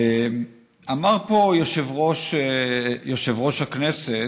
אמר פה יושב-ראש הכנסת,